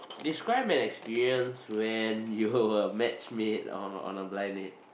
describe an experience when you were matchmade on a blind date